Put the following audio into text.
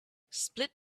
split